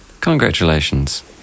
Congratulations